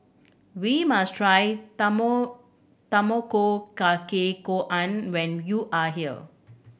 we must try Tamago Kake Gohan when you are here